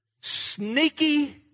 sneaky